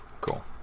cool